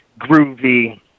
groovy